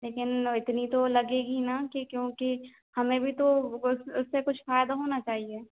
लेकिन इतनी तो लगेगी ना क्योंकि हमें भी उससे कुछ फ़ायदा होना चाहिए